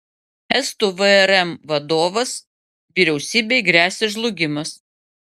estų vrm vadovas vyriausybei gresia žlugimas